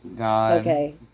Okay